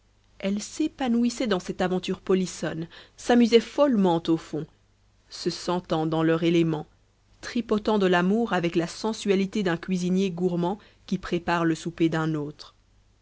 elles s'épanouissaient dans cette aventure polissonne s'amusaient follement au fond se sentant dans leur élément tripotant de l'amour avec la sensualité d'un cuisinier gourmand qui prépare le souper d'un autre